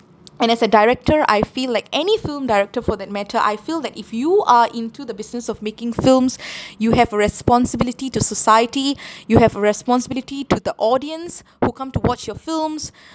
and as a director I feel like any film director for that matter I feel that if you are into the business of making films you have a responsibility to society you have a responsibility to the audience who come to watch your films